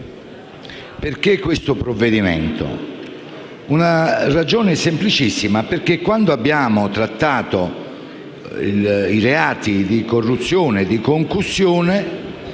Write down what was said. perché questo provvedimento? La ragione è semplicissima: quando abbiamo trattato i reati di corruzione e concussione